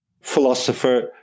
philosopher